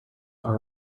are